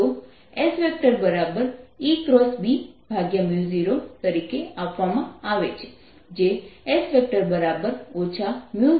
તો S ER0 તરીકે આપવામાં આવે છે જે S 0n22 I0αtr છે